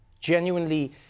genuinely